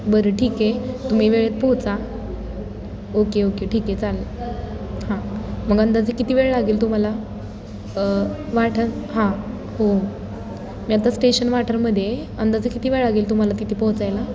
बरं ठीक आहे तुम्ही वेळेत पोहोचा ओके ओके ठीक आहे चालेल हां मग अंदाजे किती वेळ लागेल तुम्हाला वाठार हां हो मी आता स्टेशन वाठारमध्ये आहे अंदाजे किती वेळ लागेल तुम्हाला तिथे पोहचायला